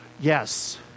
Yes